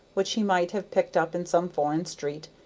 which he might have picked up in some foreign street,